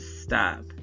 stop